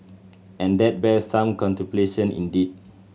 and that bears some contemplation indeed